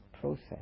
process